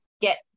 get